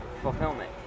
fulfillment